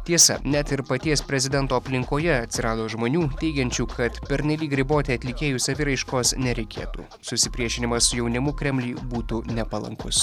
tiesa net ir paties prezidento aplinkoje atsirado žmonių teigiančių kad pernelyg riboti atlikėjų saviraiškos nereikėtų susipriešinimas su jaunimu kremliui būtų nepalankus